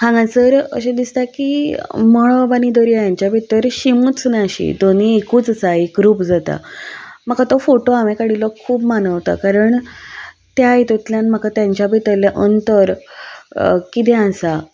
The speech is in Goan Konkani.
हांगासर अशें दिसता की मळब आनी दर्या हांच्या भितर शिमूच ना अशी दोनीय एकूच आसा एकरूप जाता म्हाका तो फोटो हांवें काडिल्लो खूब मानवता कारण त्या हातुंतल्यान म्हाका तेंच्या भितरलें अंतर कितें आसा